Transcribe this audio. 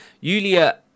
yulia